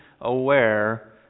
aware